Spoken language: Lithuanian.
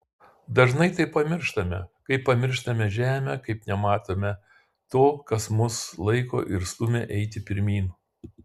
dažnai tai pamirštame kaip pamirštame žemę kaip nematome to kas mus laiko ir stumia eiti pirmyn